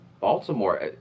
Baltimore